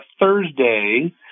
Thursday